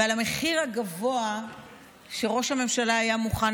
ועל המחיר הגבוה שראש הממשלה היה מוכן